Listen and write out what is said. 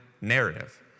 narrative